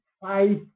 five